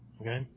okay